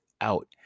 out